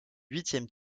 huitième